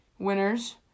Winners